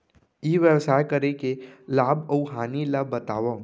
ई व्यवसाय करे के लाभ अऊ हानि ला बतावव?